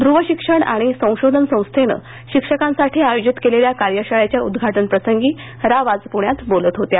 ध्र्व शिक्षण आणि संशोधन संस्थेनं शिक्षकांसाठी आयोजित केलेल्या कार्यशाळेच्या उदघाटन प्रसंगी राव आज प्रण्यात बोलत होत्या